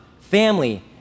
family